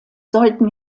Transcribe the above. sollten